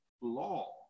law